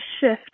shift